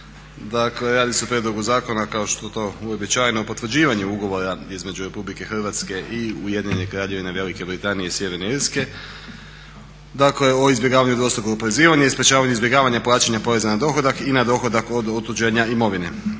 Dakle, radi se o prijedlogu zakona kao što je to uobičajeno potvrđivanje ugovora između RH i Ujedinjene Kraljevine Velike Britanije i Sjeverne Irske o izbjegavanju dvostrukog oporezivanja i sprečavanju izbjegavanja plaćanja poreza na dohodak i na dohodak od otuđenja imovine.